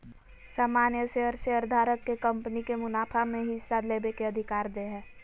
सामान्य शेयर शेयरधारक के कंपनी के मुनाफा में हिस्सा लेबे के अधिकार दे हय